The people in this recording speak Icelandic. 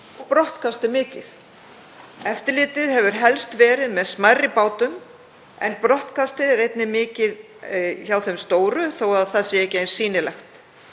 Brottkast er mikið. Eftirlitið hefur helst verið með smærri bátum en brottkastið er einnig mikið hjá þeim stóru þótt það sé ekki eins sýnilegt.